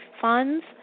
funds